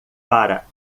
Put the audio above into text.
para